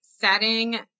setting